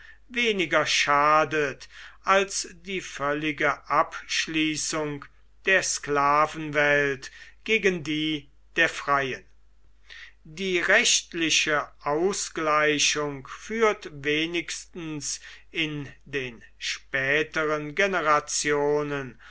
weniger schadet als die völlige abschließung der sklavenwelt gegen die der freien die rechtliche ausgleichung führt wenigstens in den späteren generationen